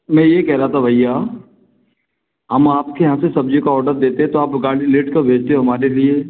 मैं ये कह रहा था भैया हम आपके यहाँ से सब्ज़ी का ऑर्डर देते हैं तो आप गाड़ी लेट क्यों भेजते हो हमारे लिए